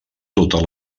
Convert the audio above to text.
totes